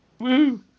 woo